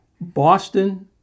Boston